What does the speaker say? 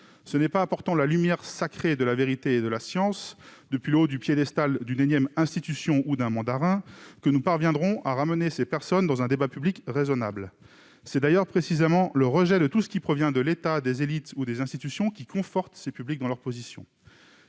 Ce n'est pas en apportant la lumière « sacrée » de la vérité de la science, depuis le haut du piédestal d'une énième institution ou d'un mandarin que nous parviendrons à ramener ces personnes dans un débat public raisonnable. C'est d'ailleurs précisément le rejet de tout ce qui provient de l'État, des élites ou des institutions qui conforte ces publics dans leurs positions.